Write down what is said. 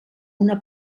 una